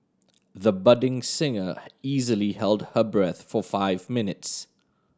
the budding singer easily held her breath for five minutes